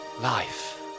Life